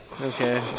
Okay